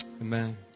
Amen